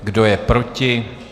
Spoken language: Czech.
Kdo je proti?